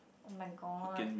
oh-my-god